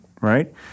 right